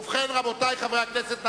ובכן, רבותי חברי הכנסת,